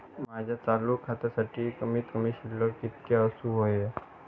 माझ्या चालू खात्यासाठी कमित कमी शिल्लक कितक्या असूक होया?